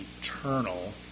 eternal